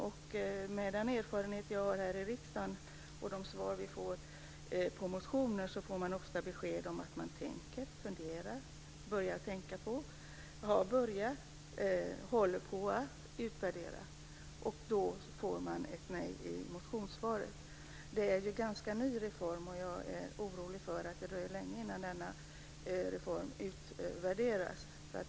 I de svar vi här i riksdagen får på interpellationer heter det ofta att man tänker på, funderar på, börjar tänka på, har börjat eller håller på att utvärdera något - och det innebär att man får ett nej i interpellationssvaret. Det här är ju en ganska ny reform, och jag är orolig för att det dröjer länge innan den utvärderas.